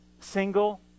single